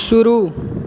शुरू